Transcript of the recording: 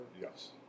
Yes